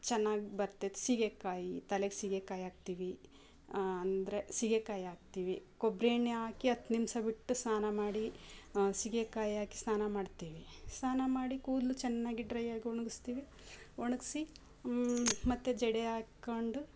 ಚೆನ್ನಾಗಿ ಬರ್ತಿತ್ತು ಸೀಗೆಕಾಯಿ ತಲೆಗೆ ಸೀಗೆಕಾಯಿ ಹಾಕ್ತಿವಿ ಅಂದರೆ ಸೀಗೆಕಾಯಿ ಹಾಕ್ತಿವಿ ಕೊಬ್ಬರಿ ಎಣ್ಣೆ ಹಾಕಿ ಹತ್ ನಿಮ್ಷ ಬಿಟ್ಟು ಸ್ನಾನ ಮಾಡಿ ಸೀಗೆಕಾಯಿ ಹಾಕಿ ಸ್ನಾನ ಮಾಡ್ತೀವಿ ಸ್ನಾನ ಮಾಡಿ ಕೂದಲು ಚೆನ್ನಾಗಿ ಡ್ರೈಯಾಗಿ ಒಣಗಿಸ್ತಿವಿ ಒಣಗಿಸಿ ಮತ್ತೆ ಜಡೆ ಹಾಕೊಂಡು